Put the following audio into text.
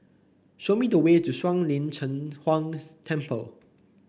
show me the way to Shuang Lin Cheng Huang Temple